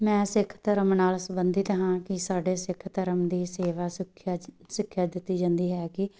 ਮੈਂ ਸਿੱਖ ਧਰਮ ਨਾਲ ਸੰਬੰਧਿਤ ਹਾਂ ਕਿ ਸਾਡੇ ਸਿੱਖ ਧਰਮ ਦੀ ਸੇਵਾ ਸਿੱਖਿਆ ਚ ਸਿੱਖਿਆ ਦਿੱਤੀ ਜਾਂਦੀ ਹੈ ਕਿ